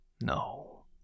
No